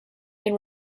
been